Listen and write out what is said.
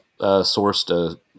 sourced